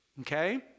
okay